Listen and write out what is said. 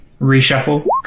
Reshuffle